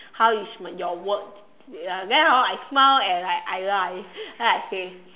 how is my your work uh then hor I smile and I I lie then I say